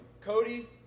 Cody